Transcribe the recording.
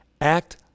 act